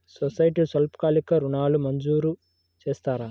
సొసైటీలో స్వల్పకాలిక ఋణాలు మంజూరు చేస్తారా?